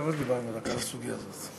רק בשבוע שעבר דיברנו על הסוגיה הזאת.